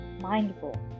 mindful